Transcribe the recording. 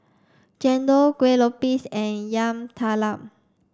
Chendol Kueh Lopes and Yam Talam